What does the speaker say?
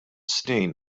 snin